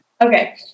okay